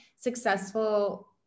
successful